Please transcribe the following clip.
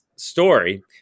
Story